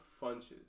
Funches